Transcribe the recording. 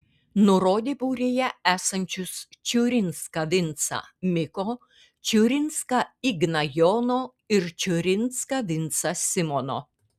nurodė būryje esančius čiurinską vincą miko čiurinską igną jono ir čiurinską vincą simono